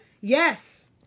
yes